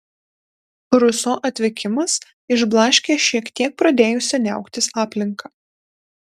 ruso atvykimas išblaškė šiek tiek pradėjusią niauktis aplinką